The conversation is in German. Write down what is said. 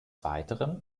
weiteren